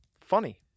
Funny